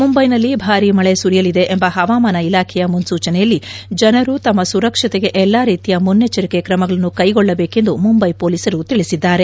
ಮುಂಬೈನಲ್ಲಿ ಭಾರಿ ಮಳೆ ಸುರಿಯಲಿದೆ ಎಂಬ ಹವಾಮಾನ ಇಲಾಖೆಯ ಮುನ್ಸೂಚನೆಯಲ್ಲಿ ಜನರು ತಮ್ಮ ಸುರಕ್ಷತೆಗೆ ಎಲ್ಲಾ ರೀತಿಯ ಮುನ್ನೆಚ್ಚರಿಕೆ ಕ್ರಮಗಳನ್ನು ಕೈಗೊಳ್ಳಬೇಕೆಂದು ಮುಂಬೈ ಪೊಲೀಸರು ತಿಳಿಸಿದ್ದಾರೆ